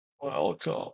welcome